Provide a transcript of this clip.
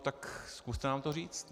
Tak zkuste nám to říct.